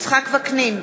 יצחק וקנין,